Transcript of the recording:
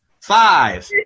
five